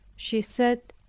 she said,